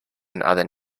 other